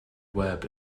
web